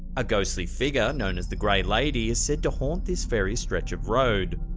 a ghostly figure, known as the gray lady, is said to haunt this very stretch of road.